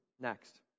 Next